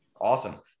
Awesome